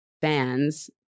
fans